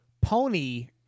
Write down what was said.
Pony